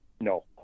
No